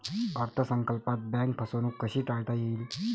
अर्थ संकल्पात बँक फसवणूक कशी टाळता येईल?